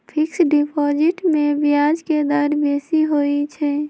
fixed deposit में ब्याज के दर बेशी होइ छइ